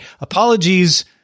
Apologies